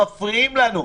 שמפריעים לנו.